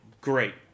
great